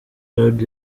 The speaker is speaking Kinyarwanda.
heard